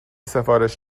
سفارش